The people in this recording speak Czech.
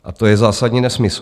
A to je zásadní nesmysl.